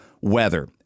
weather